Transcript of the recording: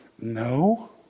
no